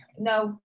No